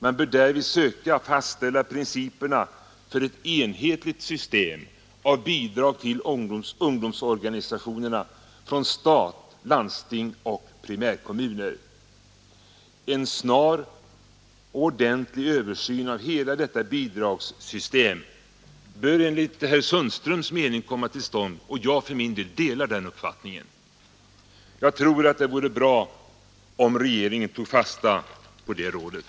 Man bör därvid söka fastställa principerna för ett enhetligt system av bidrag till ungdomsorganisationerna från stat, landsting och primärkommuner. En snar och ordentlig översyn av hela detta bidragssystem bör enligt herr Sundströms mening komma till stånd — och jag för min del delar den uppfattningen. Jag tror att det vore bra om regeringen tog fasta på det rådet.